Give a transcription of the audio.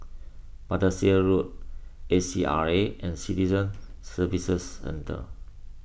Battersea Road A C R A and Citizen Services Centre